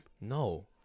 No